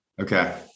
Okay